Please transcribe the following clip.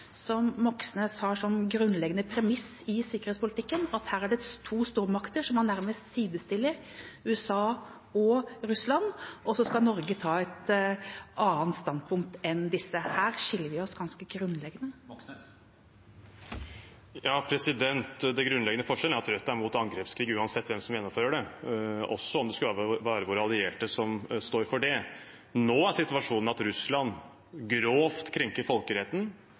som Moxnes har som grunnleggende premiss i sikkerhetspolitikken, at her er det to stormakter som man nærmest sidestiller, USA og Russland, og så skal Norge ta et annet standpunkt enn disse. Her skiller vi oss ganske grunnleggende. Det blir oppfølgingsspørsmål – først Bjørnar Moxnes. Den grunnleggende forskjellen er at Rødt er mot angrepskrig uansett hvem som gjennomfører det, også om det skulle være våre allierte som står for det. Nå er situasjonen at Russland grovt krenker folkeretten,